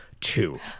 two